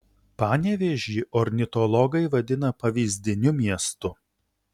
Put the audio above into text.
panevėžį ornitologai vadina pavyzdiniu miestu